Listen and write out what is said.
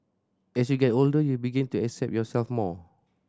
as you get older you begin to accept yourself more